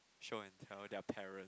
show and tell their parent